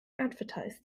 advertised